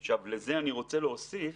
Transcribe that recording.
עכשיו, לזה אני רוצה להוסיף